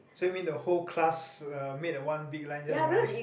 so you mean the whole class uh make the one big line just by